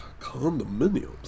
Condominiums